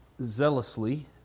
zealously